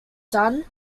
done